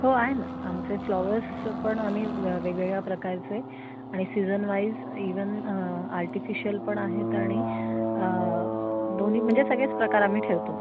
हो आहे ना आमचे फ्लॉवर्स पण आम्ही व वेगवेगळ्या प्रकारचे आणि सीझन वाईज इवन आर्टिफिशियल पण आहेत आणि दोन्ही म्हणजे सगळेच प्रकार आम्ही ठेवतो